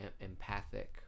empathic